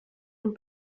dem